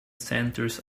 centres